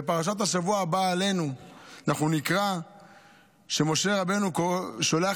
בפרשת השבוע הבאה עלינו אנחנו נקרא שמשה רבנו שולח